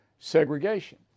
Segregation